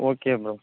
okay bro